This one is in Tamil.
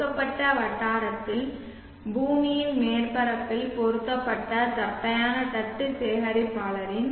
கொடுக்கப்பட்ட வட்டாரத்தில் பூமியின் மேற்பரப்பில் பொருத்தப்பட்ட தட்டையான தட்டு சேகரிப்பாளரின்